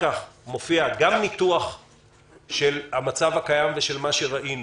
בהמשך מופיע גם ניתוח של המצב הקיים כפי שראינו